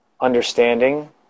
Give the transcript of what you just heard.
understanding